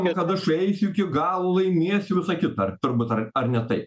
o kad aš eisiu iki galo laimėsiu visa kita turbūt ar ar ne taip